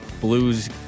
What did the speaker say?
blues